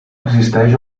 existeix